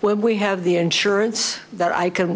when we have the insurance that i can